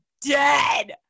dead